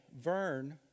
Vern